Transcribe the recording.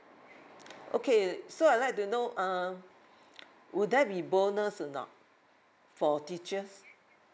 okay so I'd like to know uh would there be bonus or not for teachers